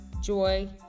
joy